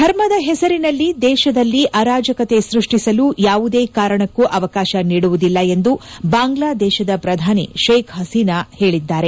ಧರ್ಮದ ಹೆಸರಿನಲ್ಲಿ ದೇಶದಲ್ಲಿ ಅರಾಜಕತೆ ಸೃಷ್ಟಿಸಲು ಯಾವುದೇ ಕಾರಣಕ್ಕೂ ಅವಕಾಶ ನೀಡುವುದಿಲ್ಲ ಎಂದು ಬಾಂಗ್ಲಾ ದೇಶದ ಪ್ರಧಾನಿ ಶೇಕ್ ಹಸೀನಾ ಹೇಳಿದ್ದಾರೆ